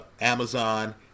Amazon